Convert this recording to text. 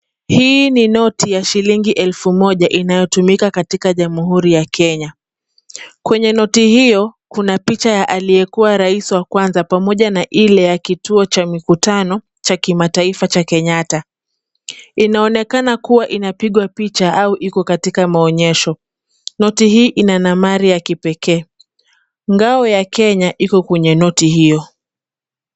Hii ni noti ya shilling elfu moja inayotumika katika Jamhuri ya Kenya, kwenye noti hiyo kuna picha ya aliyekuwa rais wa kwanza pamoja na ile ya kituo cha mikutano cha kimataifa cha Kenyatta, inaonekana kuwa inapigwa picha au iko katika maonyesho. Noti hii ina thamani ya kipekee. Ngao ya Kenya iko kwenye noti hiyo.